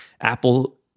Apple